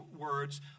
words